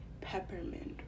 peppermint